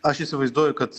aš įsivaizduoju kad